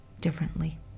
differently